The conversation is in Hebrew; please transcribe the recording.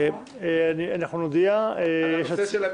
נודיע על השעה.